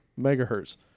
megahertz